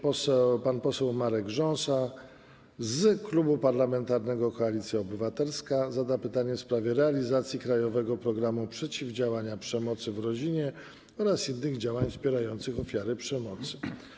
Pan poseł Marek Rząsa z Klubu Parlamentarnego Koalicja Obywatelska zada pytanie w sprawie realizacji „Krajowego programu przeciwdziałania przemocy w rodzinie” oraz innych działań wspierających ofiary przemocy.